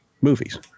movies